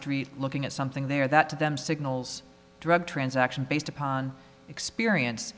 street looking at something there that to them signals drug transaction based upon experience